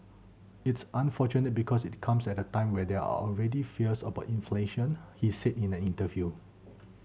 it's unfortunate because it comes at a time when there are already fears about inflation he said in an interview